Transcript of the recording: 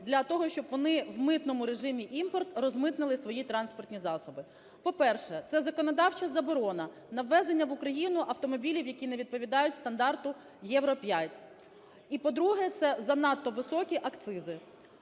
для того, щоб вони в митному режимі імпорт, розмитнили свої транспортні засоби. По-перше, це законодавча заборона на ввезення в Україну автомобілів, які не відповідають стандарту Євро-5. І, по-друге, це занадто високі акцизи.